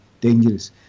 dangerous